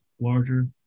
larger